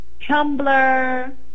Tumblr